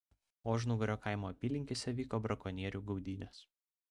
ožnugario kaimo apylinkėse vyko brakonierių gaudynės